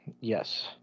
Yes